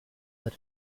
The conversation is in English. but